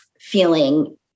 feeling